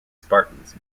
spartans